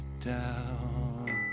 down